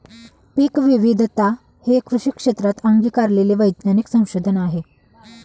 पीकविविधता हे कृषी क्षेत्रात अंगीकारलेले वैज्ञानिक संशोधन आहे